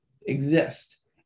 exist